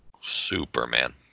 Superman